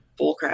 bullcrap